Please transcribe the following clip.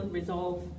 resolve